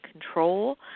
control